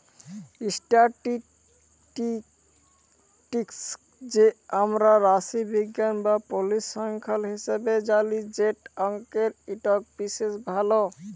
statistics কে আমরা রাশিবিজ্ঞাল বা পরিসংখ্যাল হিসাবে জালি যেট অংকের ইকট বিশেষ ভাগ